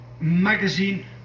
magazine